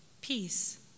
peace